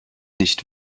nicht